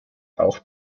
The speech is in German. auch